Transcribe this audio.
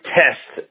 test